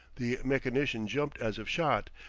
the mechanician jumped as if shot,